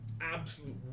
absolute